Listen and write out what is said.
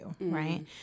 right